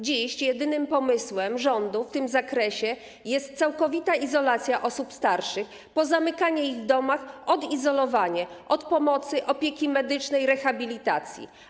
Dziś jedynym pomysłem rządu w tym zakresie jest całkowita izolacja osób starszych, pozamykanie ich w domach, odizolowanie od pomocy, opieki medycznej, rehabilitacji.